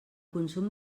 consum